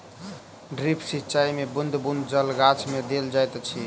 drip सिचाई मे बूँद बूँद जल गाछ मे देल जाइत अछि